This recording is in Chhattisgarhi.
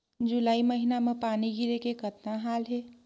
जुलाई महीना म पानी गिरे के कतना हाल हे?